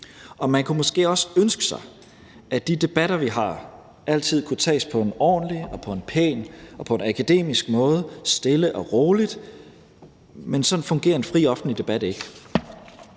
Man kunne måske også ønske sig, at de debatter, vi har, altid kunne tages på en ordentlig og på en pæn og på en akademisk måde, stille og roligt, men sådan fungerer en fri offentlig debat ikke.